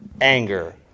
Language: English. anger